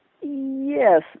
Yes